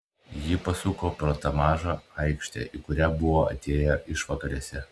ji pasuko pro tą mažą aikštę į kurią buvo atėję išvakarėse